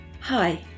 Hi